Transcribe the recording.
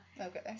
Okay